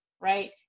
right